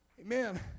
Amen